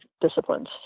disciplines